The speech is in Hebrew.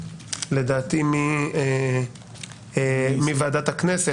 לדעתי מוועדת הכנסת,